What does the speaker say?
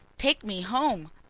take me home?